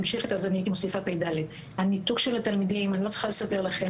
אני לא צריכה לספר לכם.